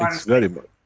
it's very much,